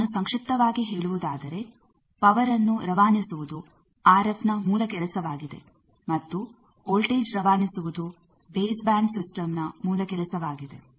ನಾನು ಸಂಕ್ಷಿಪ್ತವಾಗಿ ಹೇಳುವುದಾದರೆ ಪವರ್ಅನ್ನು ರವಾನಿಸುವುದು ಆರ್ ಎಫ್ನ ಮೂಲ ಕೆಲಸವಾಗಿದೆ ಮತ್ತು ವೋಲ್ಟೇಜ್ ರವಾನಿಸುವುದು ಬೇಸ್ ಬ್ಯಾಂಡ್ ಸಿಸ್ಟಮ್ ನ ಮೂಲ ಕೆಲಸವಾಗಿದೆ